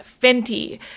Fenty